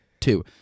two